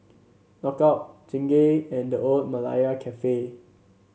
Knockout Chingay and The Old Malaya Cafe